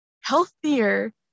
healthier